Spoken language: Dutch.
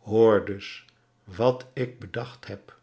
hoor dus wat ik bedacht heb